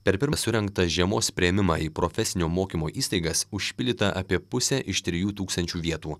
per pirmą surengtą žiemos priėmimą į profesinio mokymo įstaigas užpildyta apie pusę iš trijų tūkstančių vietų